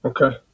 Okay